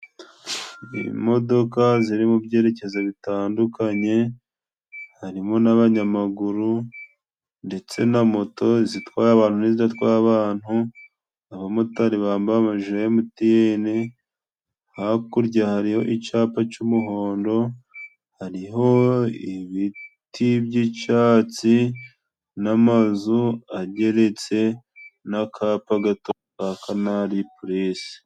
Imodoka ziri mu byerekezo bitandukanye, harimo n'abanyamaguru, ndetse na moto izitwaye abantu n'izidatwaye abantu, abamotari bambaye amajiri ya MTN, hakurya hariyo icyapa cy'umuhondo, hariho ibiti by'icyatsi, n'amazu ageretse, n'akapa gato ka Kanari purisi.